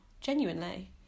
genuinely